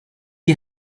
you